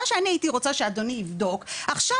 מה שאני רוצה שאדוני יבדוק עכשיו,